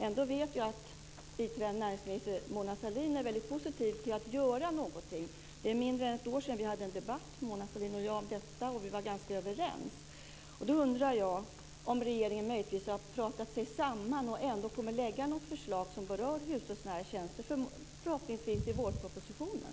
Ändå vet jag att biträdande näringsminister Mona Sahlin är positiv till att göra någonting. Det är mindre än ett år sedan Mona Sahlin och jag debatterade detta, och vi var ganska överens. Har regeringen pratat sig samman för att lägga fram ett förslag som berör hushållsnära tjänster i förhoppningsvis vårpropositionen?